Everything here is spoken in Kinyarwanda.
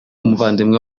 umuvandimwe